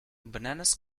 bananas